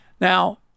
Now